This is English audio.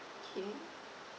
okay